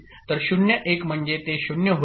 तर 0 1 म्हणजे ते 0 होईल